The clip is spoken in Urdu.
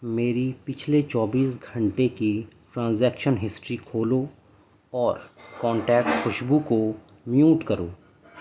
میری پچھلے چوبیس گھنٹے کی ٹرانزیکشن ہسٹری کھولو اور کانٹیکٹ خوشبو کو میوٹ کرو